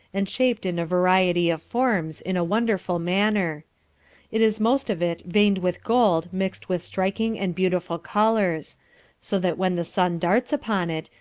and shaped in a variety of forms, in a wonderful manner it is most of it veined with gold mixed with striking and beautiful colours so that when the sun darts upon it,